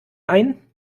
ein